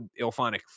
Ilphonic